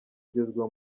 ugezweho